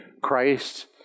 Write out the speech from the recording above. Christ